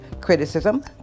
criticism